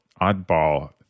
oddball